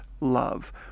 love